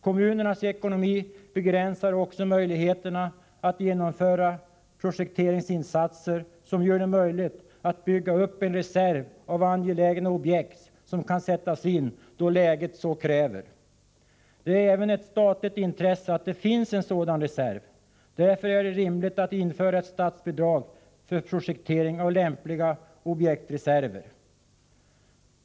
Kommunernas ekonomi begränsar också möjligheterna att genomföra projekteringsinsatser, vilka gör det möjligt att bygga upp en ny reserv av angelägna objekt, som kan sättas in då läget så kräver. Det är även ett statligt intresse att det finns en sådan reserv. Därför är det rimligt att införa ett statsbidrag för projektering av lämpliga objektreserver.